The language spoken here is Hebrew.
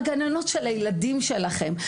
הגננות של הילדים שלכם.